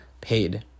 paid